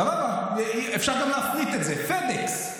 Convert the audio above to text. אפשר גם להפריט את זה, FedEx.